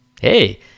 hey